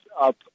up